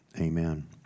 Amen